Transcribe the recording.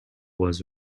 was